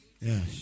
Yes